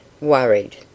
worried